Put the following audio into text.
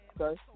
Okay